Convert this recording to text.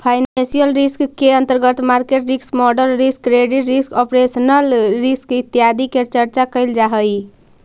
financial risk के अंतर्गत market risk, model risk, credit risk, operational risk इत्यादि के चर्चा कैल जा हई